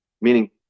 meaning